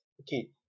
Okay